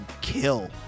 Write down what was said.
kill